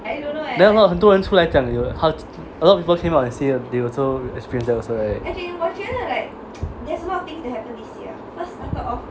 then a lot 很多人出来讲有的 a lot of people came out to say how they also experience also right